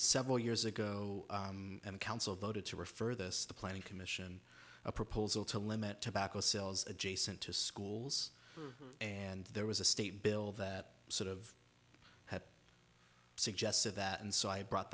several years ago and the council voted to refer this the planning commission a proposal to limit tobacco sales adjacent to schools and there was a state bill that sort of had suggested that and so i brought